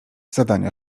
zadania